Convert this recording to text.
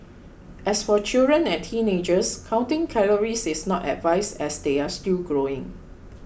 as for children and teenagers counting calories is not advised as they are still growing